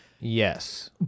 Yes